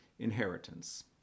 inheritance